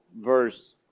verse